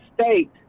state